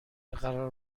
قرار